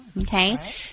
Okay